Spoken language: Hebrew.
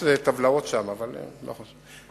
יש לי טבלאות שם, אבל לא חשוב.